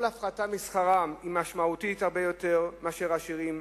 כל הפחתה משכרם משמעותית הרבה יותר לעניים מאשר לעשירים,